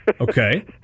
Okay